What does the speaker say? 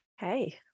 Hey